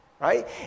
right